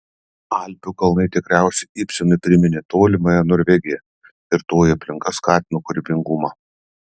alpių kalnai tikriausiai ibsenui priminė tolimąją norvegiją ir toji aplinka skatino kūrybingumą